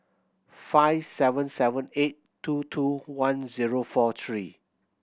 five seven seven eight two two one zero four three